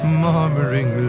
murmuring